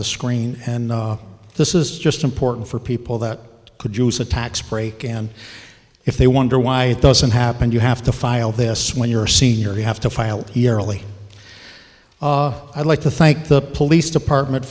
the screen and this is just important for people that could use a tax break and if they wonder why it doesn't happen you have to file this when your senior you have to file airily i'd like to thank the police department